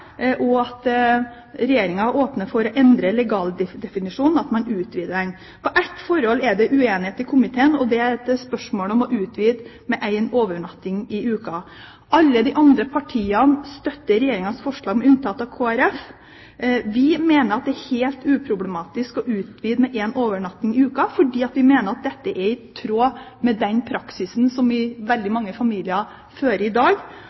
og at Regjeringen åpner for å endre legaldefinisjonen, at man utvider den. Ett forhold det er uenighet om i komiteen, er spørsmålet om å utvide med én overnatting i uken. Alle de andre partiene støtter Regjeringens forslag, med unntak av Kristelig Folkeparti. Vi mener at det er helt uproblematisk å utvide med én overnatting i uken, fordi vi mener dette er i tråd med den praksisen som veldig mange familier fører i dag,